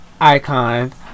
Icon